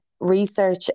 research